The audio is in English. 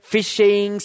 Fishing